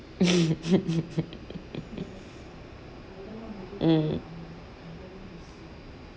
mm